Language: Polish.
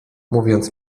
mówiąc